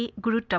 ah group